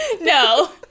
no